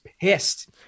pissed